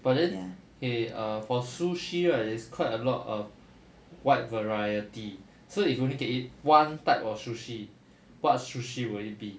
but then eh err for sushi right is quite a lot of wide variety so if you only can eat one type of sushi what sushi will it be